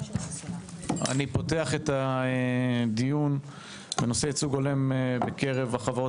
אני פותח את הדיון בנושא ייצוג הולם בקרב החברות